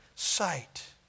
sight